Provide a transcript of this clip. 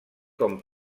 com